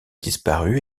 disparu